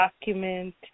document